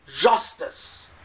justice